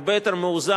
הרבה יותר מאוזן,